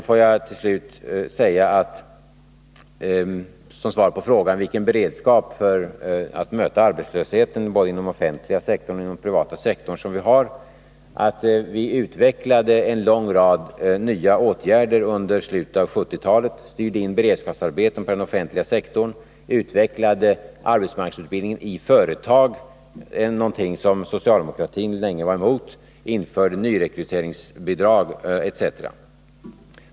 Låt mig till sist bara svara på frågan om vilken beredskap regeringen har för att möta arbetslösheten både inom den offentliga och inom den privata sektorn. Vi vidtog en lång rad nya åtgärder under slutet av 1970-talet: vi styrde in beredskapsarbeten på den offentliga sektorn, utvecklade arbetsmarknadsutbildningen i företagen — någonting som socialdemokratin länge var emot —, införde nyrekryteringsbidrag, etc.